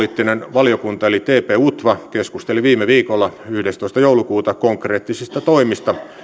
ja turvallisuuspoliittinen valiokunta eli tp utva keskusteli viime viikolla yhdestoista joulukuuta konkreettisista toimista